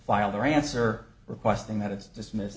file their answer requesting that it's dismissed